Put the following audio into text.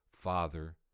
Father